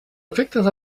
efectes